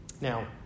Now